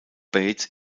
bates